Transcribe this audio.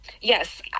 Yes